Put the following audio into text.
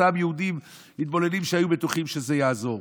אותם יהודים מתבוללים שהיו בטוחים שזה יעזור.